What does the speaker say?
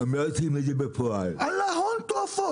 זה עלה הון תועפות,